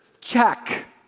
Check